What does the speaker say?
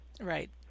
right